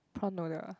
prawn noodle